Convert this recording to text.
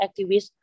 activists